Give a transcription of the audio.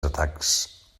atacs